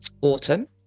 autumn